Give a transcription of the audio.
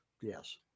yes